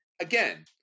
again